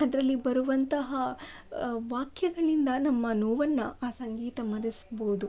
ಅದರಲ್ಲಿ ಬರುವಂತಹ ವಾಕ್ಯಗಳಿಂದ ನಮ್ಮ ನೋವನ್ನು ಆ ಸಂಗೀತ ಮರೆಸ್ಬಹುದು